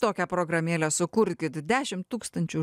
tokią programėlę sukurkit dešim tūkstančių